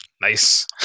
Nice